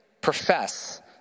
profess